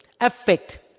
affect